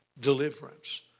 deliverance